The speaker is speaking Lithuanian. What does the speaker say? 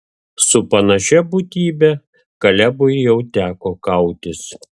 su panašia būtybe kalebui jau teko kautis